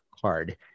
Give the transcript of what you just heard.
card